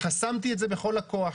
חסמתי את זה בכל הכוח.